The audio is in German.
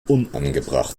unangebracht